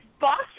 Boss